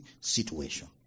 situation